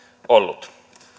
ollut